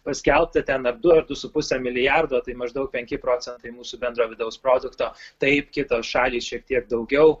paskelbta ten ar du ar du su puse milijardo tai maždaug penki procentai mūsų bendro vidaus produkto taip kitos šalys šiek tiek daugiau